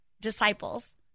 disciples